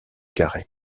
carré